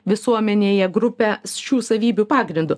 visuomenėje grupę šių savybių pagrindu